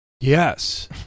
Yes